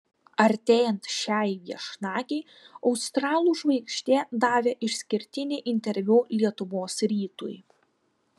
artėjant šiai viešnagei australų žvaigždė davė išskirtinį interviu lietuvos rytui